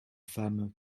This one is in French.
femmes